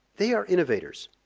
they are innovators,